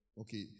okay